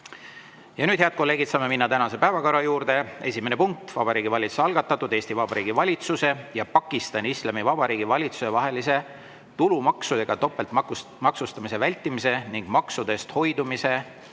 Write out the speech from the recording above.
Ja nüüd, head kolleegid, saame minna tänase päevakorra juurde. Esimene punkt: Vabariigi Valitsuse algatatud Eesti Vabariigi valitsuse ja Pakistani Islamivabariigi valitsuse vahelise tulumaksudega topeltmaksustamise vältimise ning maksudest hoidumise